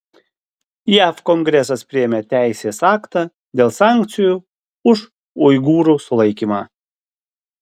jav kongresas priėmė teisės aktą dėl sankcijų už uigūrų sulaikymą